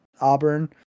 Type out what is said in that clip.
Auburn